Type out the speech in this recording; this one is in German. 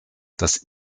das